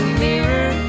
mirror